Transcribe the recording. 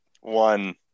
one